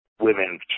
women